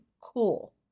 cool